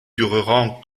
durera